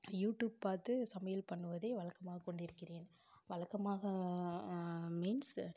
YouTube பார்த்து சமையல் பண்ணுவதை வழக்கமாக கொண்டிருக்கிறேன் வழக்கமாக மீன்ஸ்